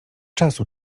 czasu